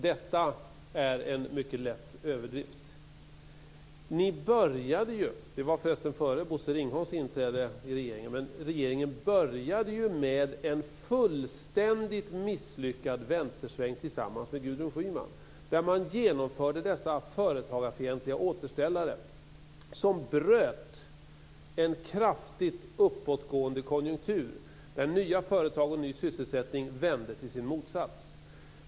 Detta är en mycket lätt överdrift. Regeringen började med en fullständigt misslyckad vänstersväng tillsammans med Gudrun Schyman, för övrigt före Bosse Ringholms inträde i regeringen, där man genomförde dessa företagarfientliga återställare som bröt en kraftigt uppåtgående konjunktur och där en utveckling med nya företag och ny sysselsättning vändes i sin motsats.